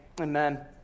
amen